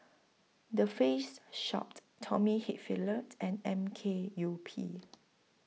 The Face Shop Tommy Hilfiger and M K U P